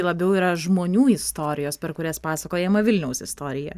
labiau yra žmonių istorijos per kurias pasakojama vilniaus istorija